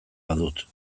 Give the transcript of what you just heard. badut